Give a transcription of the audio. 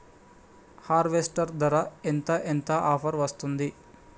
Harvester ధర ఎంత ఎంత ఆఫర్ వస్తుంది?